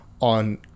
on